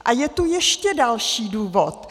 A je tu ještě další důvod.